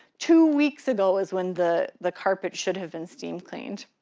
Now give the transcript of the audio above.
two weeks ago is when the the carpet should have been steamed cleaned.